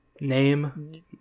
name